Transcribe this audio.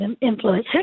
influence